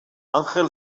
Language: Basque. angel